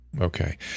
Okay